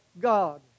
God